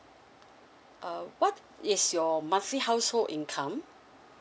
uh what is your monthlyhousehold income